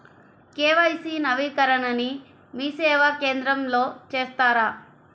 KYC నవీకరణని మీసేవా కేంద్రం లో చేస్తారా?